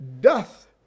doth